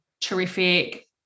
terrific